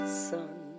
sun